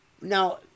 Now